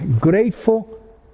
grateful